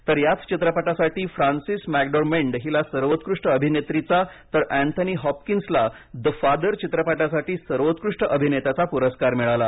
तर याच चित्रपटासाठी फ्रान्सिस मकडोरमेंड हिला सर्वोत्कृष्ट अभिनेत्रीचा तर एन्थनी हॉपकिन्सला द फादर चित्रपटासाठी सर्वोत्कृष्ट अभिनेत्याचा पुरस्कार मिळाला